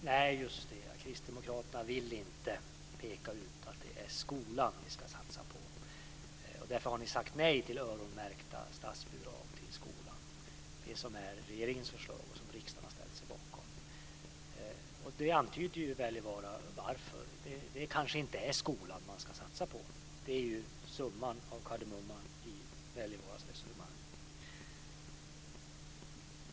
Fru talman! Nej, just det. Kristdemokraterna vill inte peka ut att det är skolan vi ska satsa på. Därför har ni sagt nej till öronmärkta statsbidrag till skolan, som är regeringens förslag och som riksdagen har ställt sig bakom. Wälivaara antydde varför. Det kanske inte är skolan man ska satsa på. Det är summan av kardemumman i Wälivaaras resonemang.